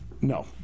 No